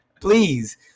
Please